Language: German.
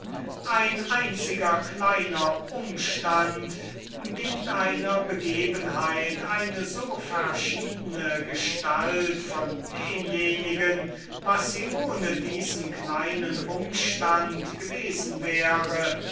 ein einziger kleiner umstand gibt einer begebenheit eine so verschiedene gestalt von demjenigen was sie ohne diesen kleinen umstand gewesen wäre